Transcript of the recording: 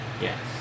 Yes